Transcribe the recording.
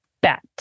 bat